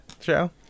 show